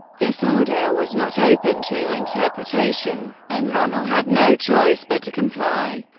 this order was not open to interpretation, and rommel had no choice, but to comply.